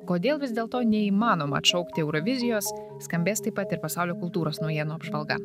kodėl vis dėlto neįmanoma atšaukti eurovizijos skambės taip pat ir pasaulio kultūros naujienų apžvalga